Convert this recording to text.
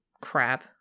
crap